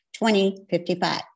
2055